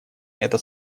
это